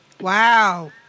Wow